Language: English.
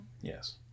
Yes